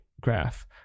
graph